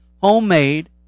homemade